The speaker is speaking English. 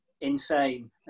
insane